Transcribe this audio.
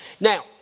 Now